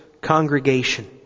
congregation